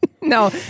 No